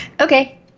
Okay